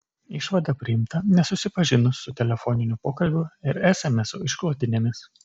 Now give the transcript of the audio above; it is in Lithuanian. išvada priimta nesusipažinus su telefoninių pokalbių ir esemesų išklotinėmis